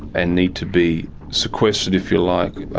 and need to be sequestered, if you like,